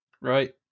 right